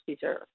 deserve